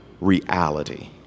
reality